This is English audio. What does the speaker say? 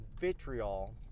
vitriol